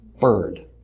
Bird